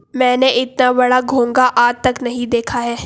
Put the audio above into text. मैंने इतना बड़ा घोंघा आज तक नही देखा है